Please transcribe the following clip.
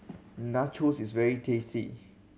nachos is very tasty